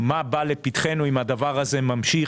מה בא לפתחנו אם הדבר הזה ממשיך.